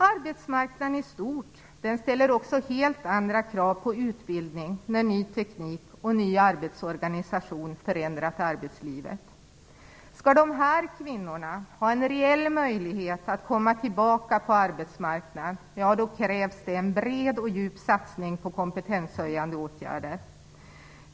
Arbetsmarknaden i stort ställer också helt andra krav på utbildning med ny teknik och en ny arbetsorganisation som har förändrat arbetslivet. Skall dessa kvinnor ha en reell möjlighet att komma tillbaka på arbetsmarknaden krävs en bred och djup satsning på kompetenshöjande åtgärder.